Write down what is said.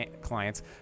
clients